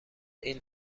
این